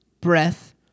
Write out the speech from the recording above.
breath